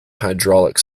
hydraulic